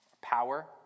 power